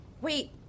Wait